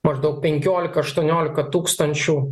maždaug penkiolika aštuoniolika tūkstančių